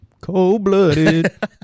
Cold-blooded